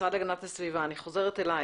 המשרד להגנת הסביבה, אני חוזרת אליך.